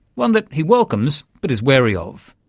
one that he welcomes, but is wary of.